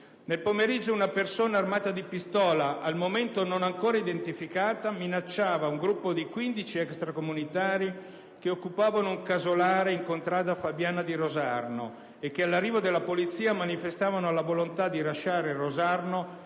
nel pomeriggio, una persona armata di pistola, al momento non ancora identificata, minacciava un gruppo di 15 extracomunitari che occupavano un casolare in contrada Fabiana di Rosarno, i quali, all'arrivo della Polizia, manifestavano la volontà di lasciare Rosarno